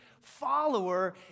follower